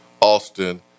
Austin